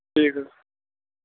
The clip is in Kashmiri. ٹھیٖک حظ